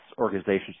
organizations